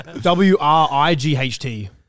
W-R-I-G-H-T